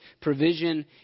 provision